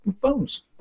phones